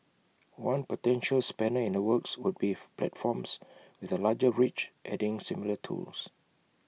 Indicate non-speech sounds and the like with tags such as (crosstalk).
one potential spanner in the works would be (hesitation) platforms with A larger reach adding similar tools